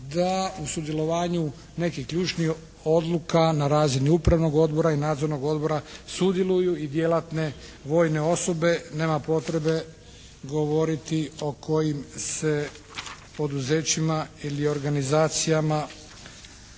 da u sudjelovanju nekih ključnih odluka na razini upravnog odbora i nadzornog odbora sudjeluju i djelatne vojne osobe. Nema potrebe govoriti o kojim se poduzećima ili organizacijama